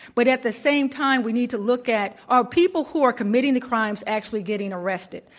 but at the same time we need to look at, are people who are committing the crimes actually getting arrested.